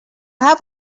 have